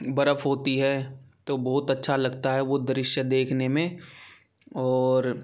बर्फ़ होती है तो बहुत अच्छा लगता है वो दृश्य देखने में और